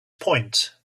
point